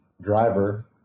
driver